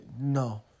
no